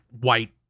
white